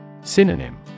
Synonym